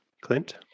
Clint